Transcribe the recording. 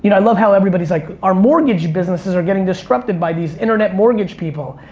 you know i love how everybody's like our mortgage businesses are getting disrupted by these internet mortgage people,